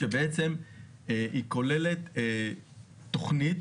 כשבעצם היא כוללת תכנית